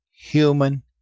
human